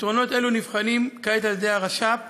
פתרונות אלה נבחנים כעת על-ידי הרש"פ